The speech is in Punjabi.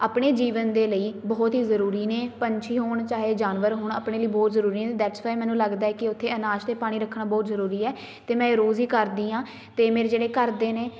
ਆਪਣੇ ਜੀਵਨ ਦੇ ਲਈ ਬਹੁਤ ਹੀ ਜ਼ਰੂਰੀ ਨੇ ਪੰਛੀ ਹੋਣ ਚਾਹੇ ਜਾਨਵਰ ਹੋਣ ਆਪਣੇ ਲਈ ਬਹੁਤ ਜ਼ਰੂਰੀ ਹੈ ਦੈਟਸ ਵਾਈ ਮੈਨੂੰ ਲੱਗਦਾ ਕਿ ਉੱਥੇ ਅਨਾਜ ਅਤੇ ਪਾਣੀ ਰੱਖਣਾ ਬਹੁਤ ਜ਼ਰੂਰੀ ਹੈ ਅਤੇ ਇਹ ਮੈਂ ਰੋਜ਼ ਹੀ ਕਰਦੀ ਹਾਂ ਅਤੇ ਮੇਰੇ ਜਿਹੜੇ ਘਰ ਦੇ ਨੇ